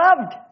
loved